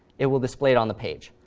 it will display it on the page.